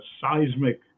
seismic